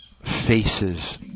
Faces